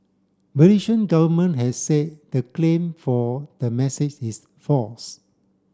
Malaysian government has said the claim for the message is false